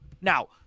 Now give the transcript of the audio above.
Now